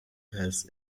pass